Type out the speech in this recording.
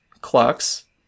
clocks